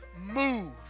Move